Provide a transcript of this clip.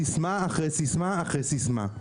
סיסמה אחרי סיסמה אחרי סיסמה.